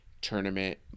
tournament